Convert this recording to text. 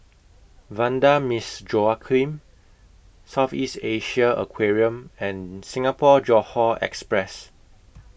Vanda Miss Joaquim South East Asia Aquarium and Singapore Johore Express